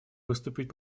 выступить